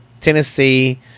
Tennessee